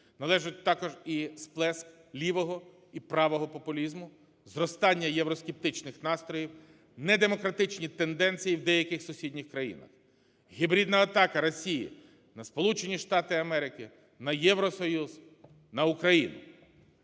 належить також сплеск лівого і правового популізму, зростання євроскептичних настроїв, недемократичні тенденції в деяких сусідніх країнах, гібридна атака Росії на Сполучені Штати Америки, на Євросоюз, на Україну.